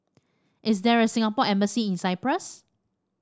is there a Singapore Embassy in Cyprus